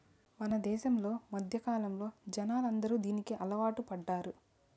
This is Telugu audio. మన దేశంలో మధ్యకాలంలో జనాలు అందరూ దీనికి అలవాటు పడ్డారు